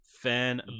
Fan